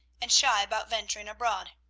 and shy about venturing abroad.